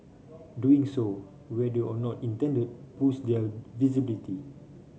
doing so whether or not intended boost their visibility